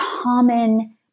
common